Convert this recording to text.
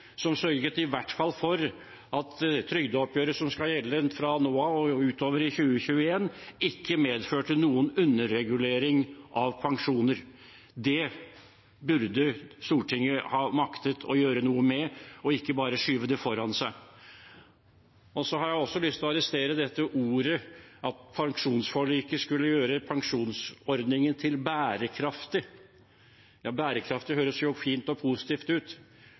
som i hvert fall sørget for at trygdeoppgjøret som skal gjelde fra nå av og utover i 2021, ikke medførte noen underregulering av pensjoner. Det burde Stortinget ha maktet å gjøre noe med og ikke bare skyve det foran seg. Jeg har også lyst til å arrestere ordet «bærekraftig», med tanke på at pensjonsforliket skulle gjøre pensjonsordningen bærekraftig. Bærekraftig høres jo fint og positivt ut.